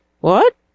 What